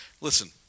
listen